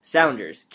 Sounders